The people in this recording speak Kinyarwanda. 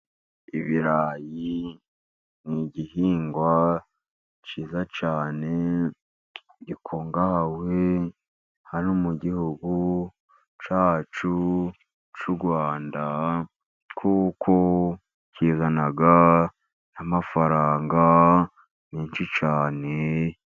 Ibirayi ni igihingwa cyiza cyane, gikungahaye hano mu gihugu cyacu cy'u Rwanda. Kuko kizana amafaranga menshi cyane.